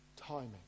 timing